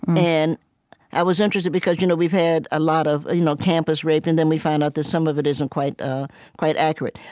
and i was interested, because you know we've had a lot of you know campus rape, and then we find out that some of it isn't quite ah quite accurate.